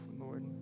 Lord